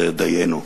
דיינו.